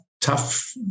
tough